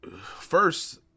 first